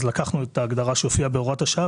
לקחנו את ההגדרה שהופיעה בהוראת השעה,